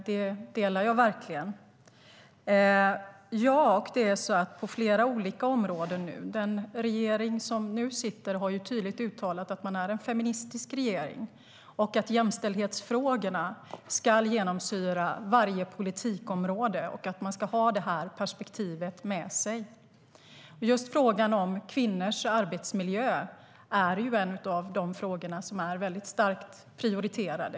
Det engagemanget delar jag verkligen. Just frågan om kvinnors arbetsmiljö är en av de frågor som är högt prioriterade.